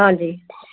आं जी